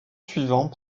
suivant